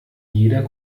jeder